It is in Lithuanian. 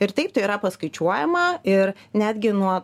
ir taip tai yra paskaičiuojama ir netgi nuo